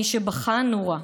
מי שבכה נורה.